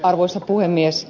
arvoisa puhemies